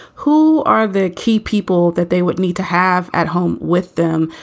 who are the key people that they would need to have at home with them?